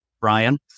Brian